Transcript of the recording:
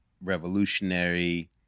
revolutionary